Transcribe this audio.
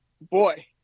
boy